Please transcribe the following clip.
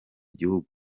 gihugu